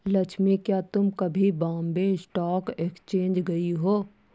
लक्ष्मी, क्या तुम कभी बॉम्बे स्टॉक एक्सचेंज गई हो?